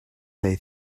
they